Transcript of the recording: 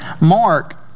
Mark